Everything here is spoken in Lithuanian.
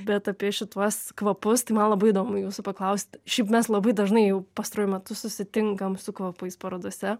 bet apie šituos kvapus tai man labai įdomu jūsų paklausti šiaip mes labai dažnai jau pastaruoju metu susitinkam su kvapais parodose